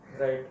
Right